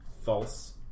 false